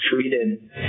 treated